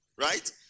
right